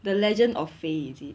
the legend of fei is it